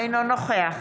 אינו נוכח